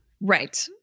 right